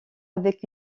avec